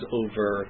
over